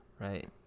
Right